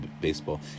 baseball